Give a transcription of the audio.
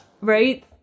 right